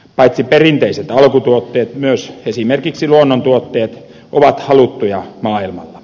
paitsi perinteiset alkutuotteet myös esimerkiksi luonnontuotteet ovat haluttuja maailmalla